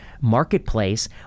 marketplace